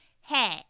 Hey